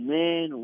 men